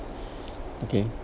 okay